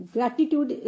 Gratitude